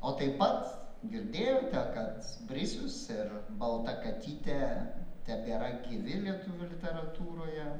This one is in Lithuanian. o tai pat girdėjote kad brisius ir balta katytė tebėra gyvi lietuvių literatūroje